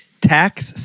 Tax